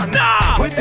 nah